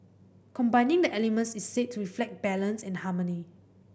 combining the elements is said to reflect balance and harmony